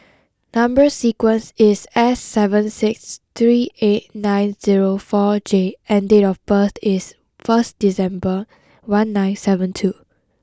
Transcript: number sequence is S seven six three eight nine zero four J and date of birth is first December one nine seven two